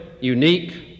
unique